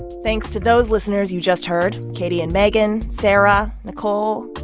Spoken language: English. thanks to those listeners you just heard katie and megan, sarah, nicole,